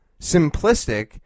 simplistic